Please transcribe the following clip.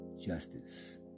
Justice